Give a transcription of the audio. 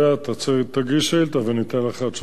תגיש שאילתא וניתן לך תשובה בהתאם.